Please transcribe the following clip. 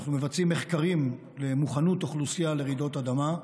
אנחנו מבצעים מחקרים על מוכנות האוכלוסייה לרעידות אדמה.